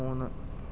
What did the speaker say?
മൂന്ന്